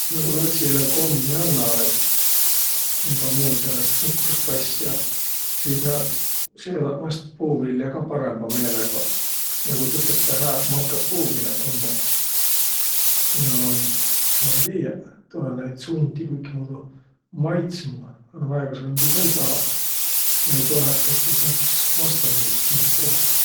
No ku latsilõ kommi anna-aiq egaq muud säänest tsukrust asja, sis nä sööväq vaest puuviljä ka parõmba meelegaq. Ja ku tõtõstõ hääq makõq puuviläq ummaq. Ja ma ei tiiäq, tulõ näid sundiq kuigimuudu maitsma. A no väega sundiq ka ei tahaq ja ei toheq, et sis nakkas vastamiilses muutuma.